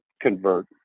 convert